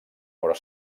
però